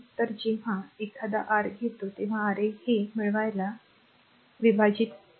तर जेव्हा एकदा R घेतो तेव्हा Ra हे मिळवायला a a a R a R a a हे a